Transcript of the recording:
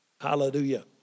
Hallelujah